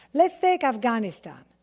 let's take afghanistan,